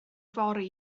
fory